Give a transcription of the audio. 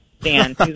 Dan